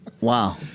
Wow